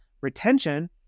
retention